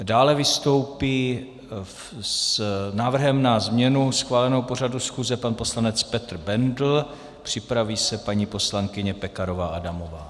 Dále vystoupí s návrhem na změnu schváleného pořadu schůze pan poslanec Petr Bendl, připraví se paní poslankyně Pekarová Adamová.